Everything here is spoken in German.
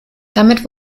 damit